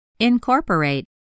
Incorporate